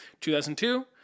2002